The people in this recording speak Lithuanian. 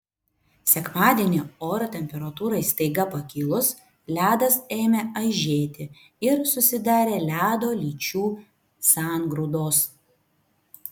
sekmadienį oro temperatūrai staiga pakilus ledas ėmė aižėti ir susidarė ledo lyčių sangrūdos